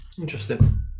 Interesting